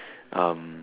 um